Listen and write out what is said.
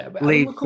leave